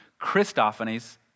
Christophanies